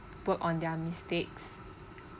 work on their mistakes